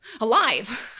alive